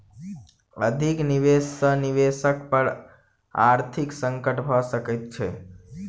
अधिक निवेश सॅ निवेशक पर आर्थिक संकट भ सकैत छै